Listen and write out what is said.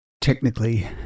technically